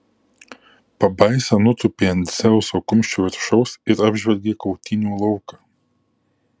pabaisa nutūpė ant dzeuso kumščio viršaus ir apžvelgė kautynių lauką